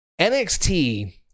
NXT